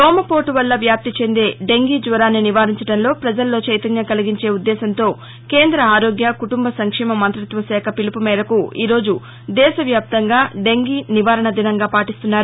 దోమ పోటు వల్ల వ్యాప్తి చెందే డెంగీ జ్వరాన్ని నివారించడంలో పజలలో చైతన్యం కలిగించే ఉద్దేశ్యంతో కేంద్ర ఆరోగ్య కుటుంబ సంక్షేమ మంత్రిత్వ శాఖ పిలుపుమేరకు ఈ రోజు దేశవ్యాప్తంగా డెంగీ నివారణ దినంగా పాటిస్తున్నారు